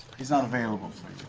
he's not available for